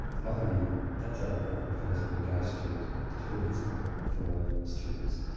not only is that important for lesbian and gay students but clearly it's important for all students.